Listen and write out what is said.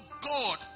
God